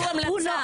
זו המלצה.